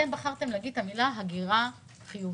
אתם בחרתם להגיד את המילה הגירה חיובית.